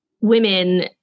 women